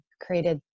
created